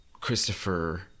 Christopher